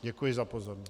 Děkuji za pozornost.